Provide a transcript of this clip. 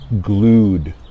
glued